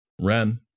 ren